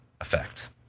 effect